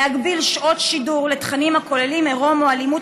להגביל שעות שידור לתכנים הכוללים עירום או אלימות